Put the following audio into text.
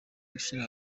gushyira